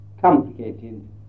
complicated